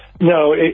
No